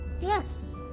Yes